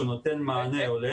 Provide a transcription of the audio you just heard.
שהוא נותן מענה הולם.